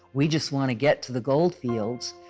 we just want to get to the gold fields.